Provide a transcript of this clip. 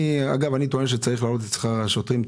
אגב, אני טוען שצריך להעלות את שכר השוטרים.